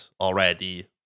already